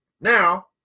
now